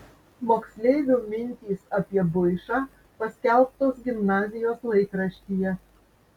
moksleivių mintys apie buišą paskelbtos gimnazijos laikraštyje